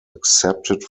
accepted